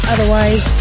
Otherwise